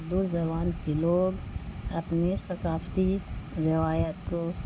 اردو زبان کے لوگ اپنی ثقافتی روایت کو